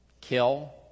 kill